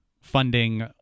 funding